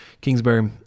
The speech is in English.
Kingsbury